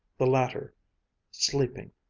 the latter sleeping,